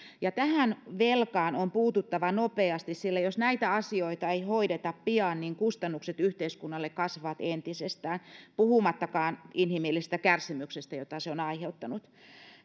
ja tähän velkaan on puututtava nopeasti sillä jos näitä asioita ei hoideta pian niin kustannukset yhteiskunnalle kasvavat entisestään puhumattakaan inhimillisestä kärsimyksestä jota se on aiheuttanut